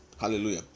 Hallelujah